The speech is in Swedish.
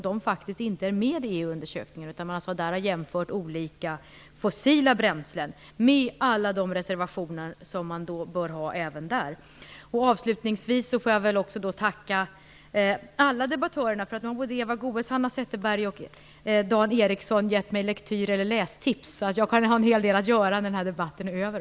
De finns ju inte med i EU-undersökningen, utan där har man jämfört olika fossila bränslen med alla reservationer man bör ha även där. Avslutningsvis får jag tacka alla debattörerna. Nu har såväl Eva Goës, Hanna Zetterberg och Dan Ericsson gett mig lektyr eller lästips. Jag kommer att ha en hel del att göra också när den här debatten är över.